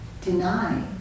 deny